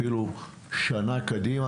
אפילו שנה קדימה,